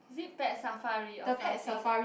is it Pet Safari or something